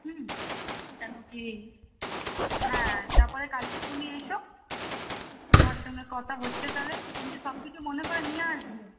হুম কেন কী হ্যাঁ তারপরে কালকের তুমি এসো তোমার সঙ্গে কথা হচ্ছে তালে কিন্তু সব কিছু মনে করে নিয়ে আসবে